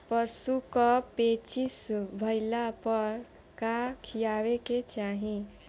पशु क पेचिश भईला पर का खियावे के चाहीं?